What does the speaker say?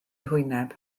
hwyneb